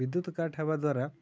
ବିଦ୍ୟୁତ କାଟ୍ ହେବା ଦ୍ୱାରା